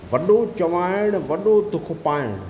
वॾो चवाइणु वॾो दुखु पाइणु